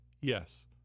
yes